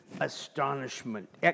Astonishment